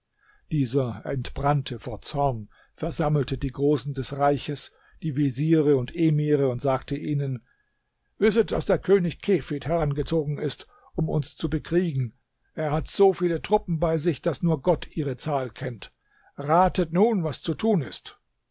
dieser entbrannte vor zorn versammelte die großen des reiches die veziere und emire und sagte ihnen wisset daß der könig kefid herangezogen ist um uns zu bekriegen er hat so viele truppen bei sich daß nur gott ihre zahl kennt ratet nun was zu tun ist